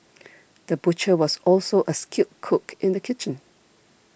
the butcher was also a skilled cook in the kitchen